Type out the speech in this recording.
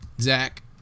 Zach